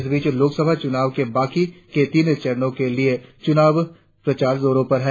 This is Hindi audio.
इस बीच लोकसभा चुनाव के बाकी के तीन चरणों के लिए चुनाव प्रचार जोरों पर है